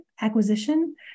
acquisition